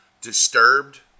Disturbed